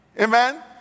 Amen